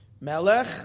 Melech